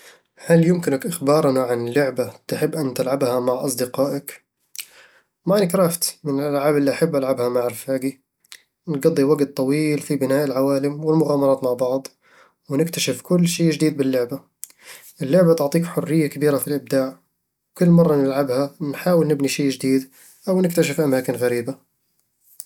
هل يمكنك إخبارنا عن لعبة تحب أن تلعبها مع أصدقائك؟ ماينكرافت من الألعاب اللي أحب ألعبها مع رفاقي نقضي وقت طويل في بناء العوالم والمغامرات مع بعض، ونكتشف كل شي جديد باللعبة اللعبة تعطيك حرية كبيرة في الإبداع، وكل مرة نلعبها نحاول نبني شي جديد أو نكتشف أماكن غريبة